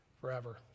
forever